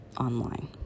online